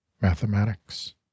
mathematics